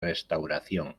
restauración